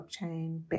blockchain